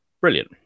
Brilliant